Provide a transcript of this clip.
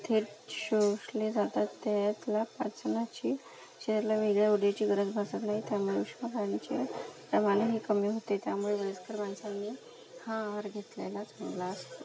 थेट शोषले जातात त्यायातला पाचनाची शरीराला वेगळ्या ऊर्जेची गरज भासत नाई त्यामुळे उष्मघानीचे प्रमानही कमी होते त्यामुळे वयस्क माणसांनी हा आहार घेतलेला चांगला असतो